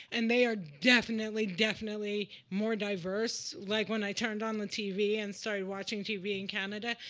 and they are definitely, definitely more diverse. like when i turned on the tv and started watching tv in canada,